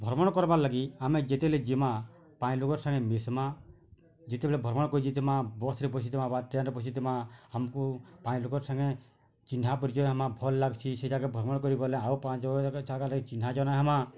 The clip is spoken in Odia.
ଭ୍ରମଣ କରବାର୍ ଲାଗି ଆମେ ଯେତେବେଲେ ଜିମା ପାଇଁ ଲୋକର୍ ସାଙ୍ଗେ ମିଶ୍ମା ଯେତେବେଲେ ଭ୍ରମଣ କରି ଯିମା ବସ୍ ରେ ବସିଥିମା ବା ଟ୍ରେନ୍ରେ ବସିଥିମା ହାମକୋ ପାଇଁ ଲୋକର୍ ସାଙ୍ଗେ ଚିହ୍ନା ପରିଚୟ ହେମା ଭଲ୍ ଲାଗ୍ସି ସେ ଜାଗା ଭ୍ରମଣ କରି ଗଲେ ଆଉ ପାଞ୍ଚ ଚିହ୍ନା ଜଣା ହେମା